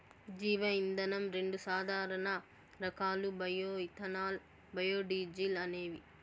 జీవ ఇంధనం రెండు సాధారణ రకాలు బయో ఇథనాల్, బయోడీజల్ అనేవి